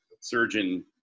surgeon